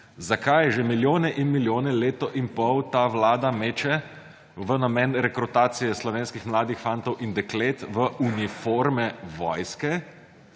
Zakaj že milijone in milijone leto in pol ta vlada meče v namen rekrutacije slovenskih mladih fantov in deklet, v uniforme vojske;